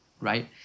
right